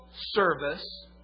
service